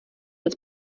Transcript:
des